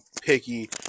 picky